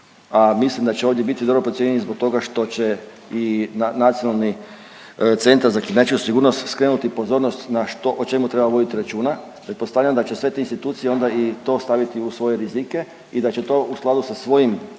a mislim da će ovdje biti dobro procijenjeni zbog toga što će i Nacionalni centar za kibernetičku sigurnost skrenuti pozornost na što o čemu treba voditi računa, pretpostavljam da će sve te institucije onda i to staviti u svoje rizike i da će to u skladu sa svojim